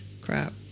Crap